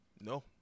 No